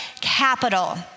capital